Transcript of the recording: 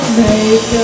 make